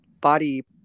body